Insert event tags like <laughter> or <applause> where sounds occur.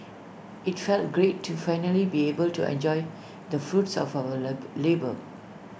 IT felt great to finally be able to enjoy the fruits of our <unintelligible> labour